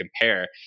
compare